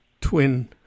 twin